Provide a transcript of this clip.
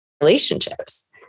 relationships